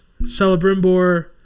Celebrimbor